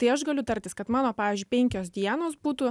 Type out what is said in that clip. tai aš galiu tartis kad mano pavyzdžiui penkios dienos būtų